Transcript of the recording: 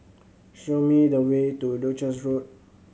show me the way to Duchess Road